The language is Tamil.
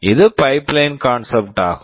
இது பைப்லைன் pipeline கான்செப்ட் concept ஆகும்